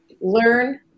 learn